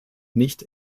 nicht